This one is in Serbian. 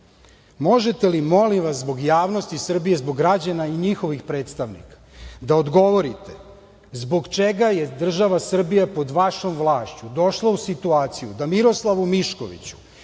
možete li molim vas zbog javnosti Srbije, zbog građana i njihovih predstavnika da odgovorite zbog čega je država Srbija pod vašom vlašću došla u situaciju da Miroslavu Miškoviću